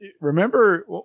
remember